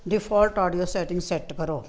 default audio setting set ਕਰੋ